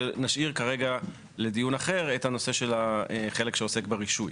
ונשאיר כרגע לדיון אחר את הנושא של החלק שעוסק ברישוי,